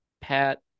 Pat